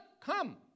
come